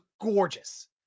gorgeous